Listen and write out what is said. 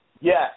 Yes